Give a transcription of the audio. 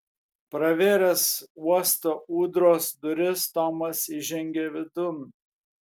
pravėręs uosto ūdros duris tomas įžengė vidun